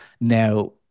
Now